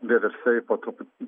vieversiai po truput